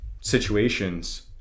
situations